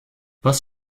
was